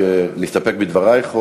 רק להסתפק בדברייך?